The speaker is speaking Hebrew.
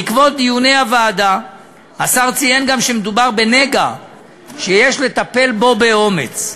בעקבות דיוני הוועדה השר ציין גם שמדובר בנגע שיש לטפל בו באומץ.